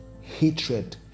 hatred